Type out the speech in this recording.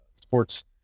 sports